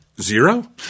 Zero